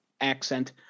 accent